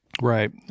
Right